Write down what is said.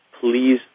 Please